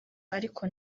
ariko